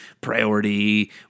priority